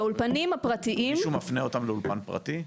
כולם מפנים אותם לאולפן פרטי.